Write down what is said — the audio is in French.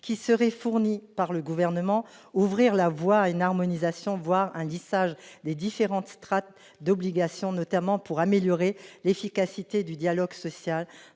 qui seraient fournis par le Gouvernement, à ouvrir la voie à une harmonisation, voire à un lissage des différentes strates d'obligations, notamment pour améliorer l'efficacité du dialogue social,